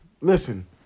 listen